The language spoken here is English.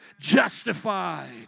justified